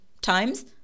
times